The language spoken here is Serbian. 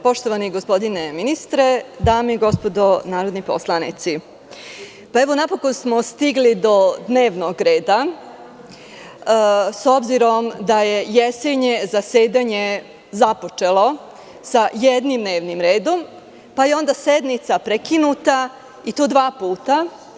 Poštovani gospodine ministre, dame i gospodo narodni poslanici, napokon smo stigli do dnevnog reda, s obzirom da je jesenje zasedanje započelo sa jednim dnevnim redom, pa je sednica prekinuta i to dva puta.